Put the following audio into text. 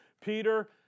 Peter